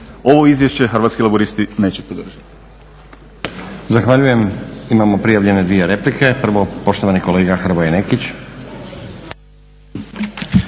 Ovo izvješće Hrvatski laburisti neće podržati.